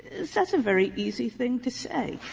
that's a very easy thing to say.